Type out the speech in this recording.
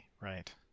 Right